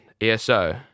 ESO